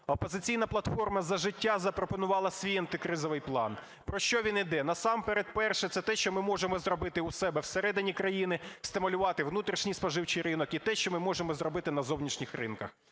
"Опозиційна платформа - За життя" запропонувала свій антикризовий план. Про що він іде? Насамперед, перше – це те, що ми можемо зробити у себе всередині країни - стимулювати внутрішній споживчий ринок; і те, що ми можемо зробити на зовнішніх ринках.